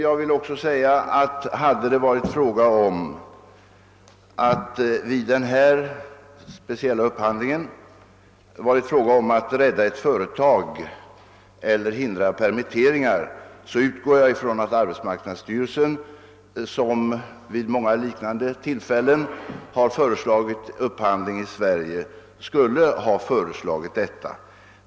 Jag vill också säga, att hade det vid denna speciella upphandling varit fråga om att rädda ett företag eller förhindra permitteringar, så utgår jag från att arbetsmarknadsstyrelsen, som vid många liknande tillfällen har föreslagit upphandling i Sverige, nu skulle ha föreslagit detsamma.